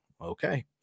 Okay